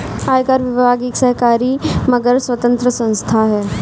आयकर विभाग एक सरकारी मगर स्वतंत्र संस्था है